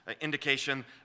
indication